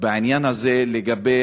בעניין הזה לגבי